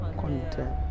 Content